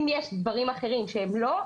אם יש דברים אחרים שהם לא כך,